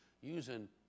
using